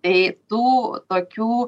tai tų tokių